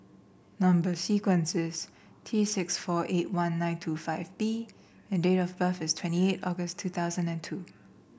number sequence is T six four eight one nine two five B and date of birth is twenty eight August two thousand and two